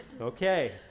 Okay